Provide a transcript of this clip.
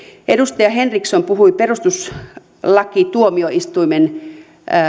edustaja henriksson puhui perustuslakituomioistuimen